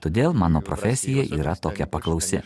todėl mano profesija yra tokia paklausi